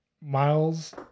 Miles